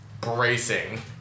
bracing